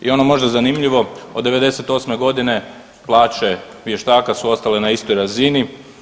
I ono možda zanimljivo, od 98. godine plaće vještaka su ostale na istoj razini.